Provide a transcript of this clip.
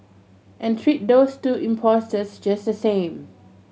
and treat those two impostors just the same